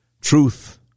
truth